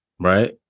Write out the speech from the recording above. Right